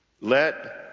Let